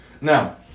Now